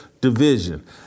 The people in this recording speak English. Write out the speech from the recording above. division